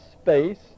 space